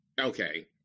Okay